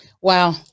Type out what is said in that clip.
Wow